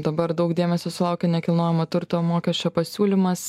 dabar daug dėmesio sulaukia nekilnojamo turto mokesčio pasiūlymas